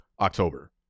October